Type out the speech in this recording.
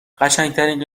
قشنگترین